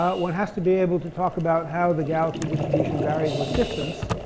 one has to be able to talk about how the galaxy distribution varies with distance,